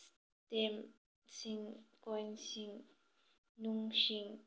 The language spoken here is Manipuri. ꯁ꯭ꯇꯦꯝ ꯁꯤꯡ ꯀꯣꯏꯟꯁꯤꯡ ꯅꯨꯡꯁꯤꯡ